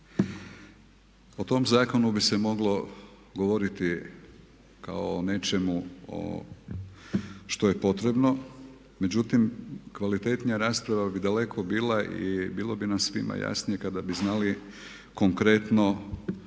o tom zakonu bi se moglo govoriti kao o nečemu što je potrebno. Međutim, kvalitetnija rasprava bi daleko bila i bilo bi nam svima jasnije kada bi znali konkretno,